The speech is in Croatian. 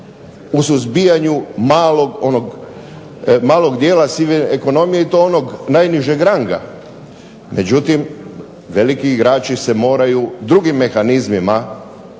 u suzbijanju malog dijela sive ekonomije i to onog najnižeg ranga. Međutim veliki igrači se moraju drugim mehanizmima protiv